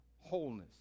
wholeness